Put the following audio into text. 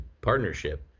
partnership